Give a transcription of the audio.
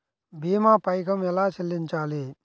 భీమా పైకం ఎలా చెల్లించాలి?